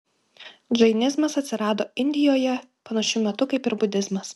džainizmas atsirado indijoje panašiu metu kaip ir budizmas